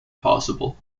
possible